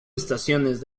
estaciones